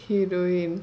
heroine